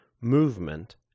movement